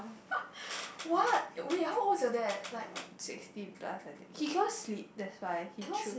sixty plus I think he cannot sleep that's why he choose